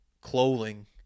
clothing